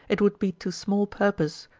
it would be to small purpose,